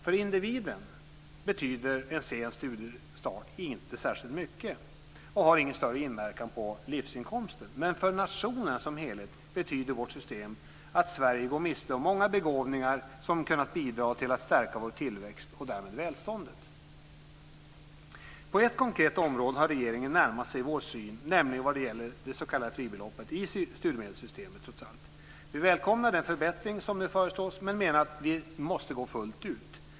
För individen betyder en sen studiestart inte särskilt mycket och har ingen större inverkan på livsinkomsten men för nationen som helhet betyder vårt system att Sverige går miste om många begåvningar som hade kunnat bidra till att stärka vår tillväxt och därmed välståndet. På ett konkret område har regeringen närmat sig vår syn, nämligen vad gäller det s.k. fribeloppet i studiemedelssystemet. Vi välkomnar den förbättring som nu föreslås men menar att vi måste gå fullt ut.